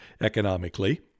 economically